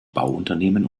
bauunternehmen